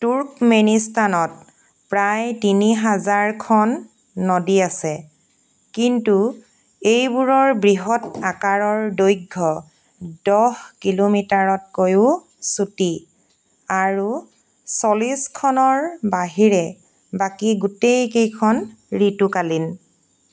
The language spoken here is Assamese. তুৰ্কমেনিস্তানত প্ৰায় তিনি হাজাৰখন নদী আছে কিন্তু এইবোৰৰ বৃহৎ আকাৰৰ দৈৰ্ঘ্য দহ কিলোমিটাৰতকৈও চুটি আৰু চল্লিছখনৰ বাহিৰে বাকী গোটেইকেইখন ঋতুকালীন